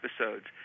episodes